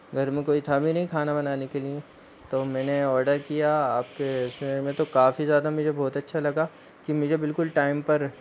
घर में कोई था भी नहीं खाना बनाने के लिए तो मैंने ऑर्डर किया आपके रेस्टोरेन्ट में तो काफ़ी ज़्यादा मुझे बहुत अच्छा लगा कि मुझे बिल्कुल टाइम पर